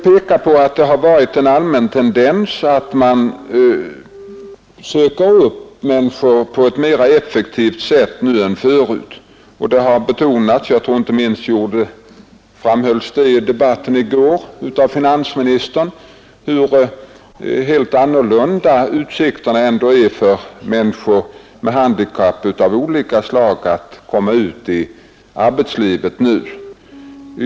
Det är en allmän tendens att man nu söker upp människor på ett mera effektivt sätt än förut. Det har betonats — inte minst i debatten i går av finansministern — hur helt annorlunda utsikterna ändå nu är för människor med handikapp av olika slag att komma ut i arbetslivet.